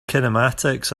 kinematics